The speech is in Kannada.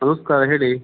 ನಮಸ್ಕಾರ ಹೇಳಿ